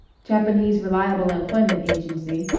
japanese reliable employment agency,